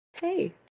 Hey